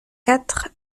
quatre